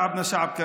העם שלנו נדיב.